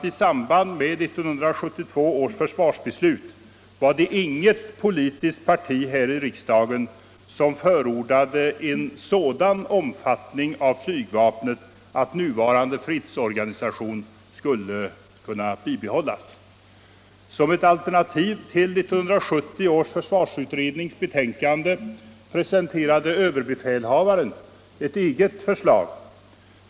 I samband med 1972 års försvarsbeslut var det — det vill jag erinra om -— inget politiskt parti här i riksdagen som förordade en sådan omfattning av flygvapnet att nuvarande fredsorganisation skulle kunnat bibehållas. Som ett alternativ till 1970 års försvarsutrednings betänkande presenterade överbefälhavaren ett eget förslag.